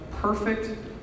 perfect